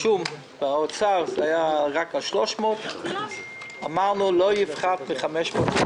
באוצר זה היה רק 300. אמרנו שלא יפחת מ-500.